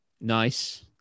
Nice